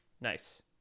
Nice